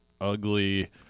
ugly